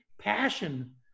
passion